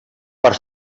per